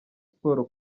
siporo